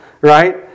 right